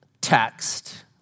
text